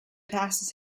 passes